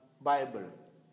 Bible